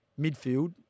Midfield